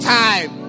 time